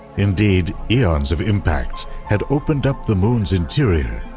indeed, eons of impacts had opened up the moon's interior,